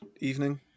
evening